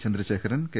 Chandrasekharan K